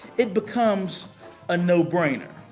it becomes a no-brainer.